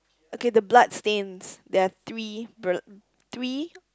okay the blood stains there are three bre~ three